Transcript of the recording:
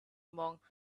monk